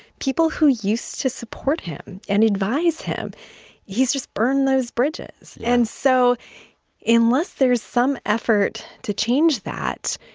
people who used to support him and advise him he's just burned those bridges. and so unless there's some effort to change that,